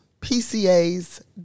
PCA's